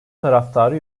taraftarı